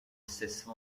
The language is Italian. stesso